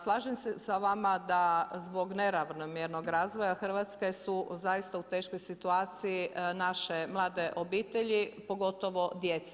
Slažem se sa vama da zbog neravnomjernog razvoja Hrvatske su, zaista u teškoj situaciji naše mlade obitelji, pogotovo djeca.